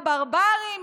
הברברים,